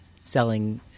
selling